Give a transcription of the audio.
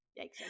yikes